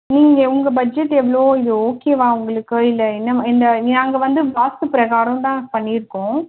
நீங்கள் உங்கள் பட்ஜெட் எவ்வளோ இது ஓகேவா உங்களுக்கு இல்லை என்ன ம இந்த நீங்கள் அங்கே வந்து வாஸ்து பிரகாரம் தான் பண்ணியிருக்கோம்